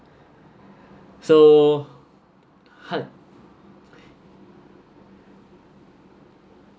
so hard